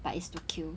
but it's to kill